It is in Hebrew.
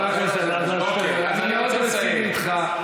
חבר הכנסת אלעזר שטרן, אני מאוד רציני איתך.